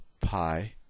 pi